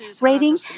Rating